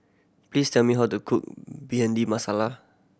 please tell me how to cook Bhindi Masala